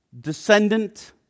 descendant